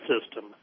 system